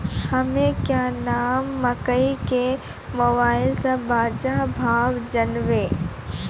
हमें क्या नाम मकई के मोबाइल से बाजार भाव जनवे?